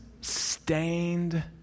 stained